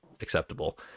acceptable